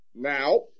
Now